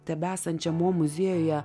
tebesančią mo muziejuje